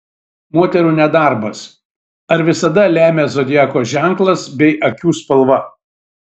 moterų nedarbas ar visada lemia zodiako ženklas bei akių spalva